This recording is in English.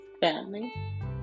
family